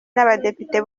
n’abadepite